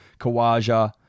Kawaja